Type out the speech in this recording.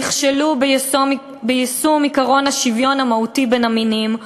נכשלו ביישום עקרון השוויון המהותי בין המינים,